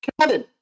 Kevin –